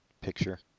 Picture